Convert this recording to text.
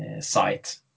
site